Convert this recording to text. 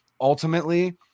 ultimately